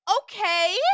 okay